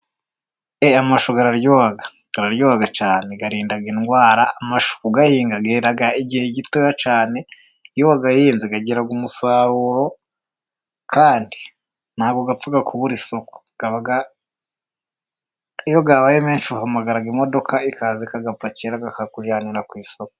E, amashu araryoha, araryoha cyane， arinda indwara，amashu kuyahinga，yerera igihe gitoya cyane， iyo wayahinze agira umusaruro， kandi ntabwo apfa kubura isoko. Iyo yabaye menshi uhamagara imodoka， ikaza ikayapakira，ikayakujyanira ku isoko.